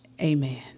Amen